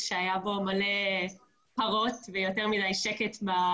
לא רק מבחינת שפה אלא גם מבחינת התרבות שישראלים לא כול כך מבינים.